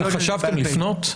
חשבתם לפנות?